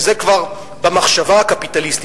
וזה כבר במחשבה הקפיטליסטית,